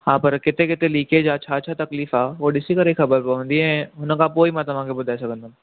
हा पर किथे किथे लीकेज आ छा छा तकलीफ़ आ उहो ॾिसी करे ख़बर पवंदी इएं हुन खां पोइ ई मां तव्हांखे ॿुधाए सघंदुमि